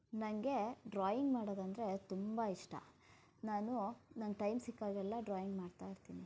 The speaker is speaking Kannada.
ನನಗೆ ಡ್ರಾಯಿಂಗ್ ಮಾಡೋದಂದ್ರೆ ತುಂಬ ಇಷ್ಟ ನಾನು ನನಗೆ ಟೈಮ್ ಸಿಕ್ಕಾಗೆಲ್ಲ ಡ್ರಾಯಿಂಗ್ ಮಾಡ್ತಾ ಇರ್ತೀನಿ